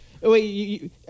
Wait